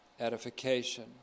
edification